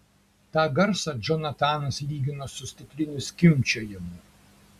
tą garsą džonatanas lygino su stiklinių skimbčiojimu